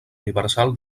universal